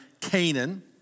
Canaan